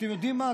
אתם יודעים מה,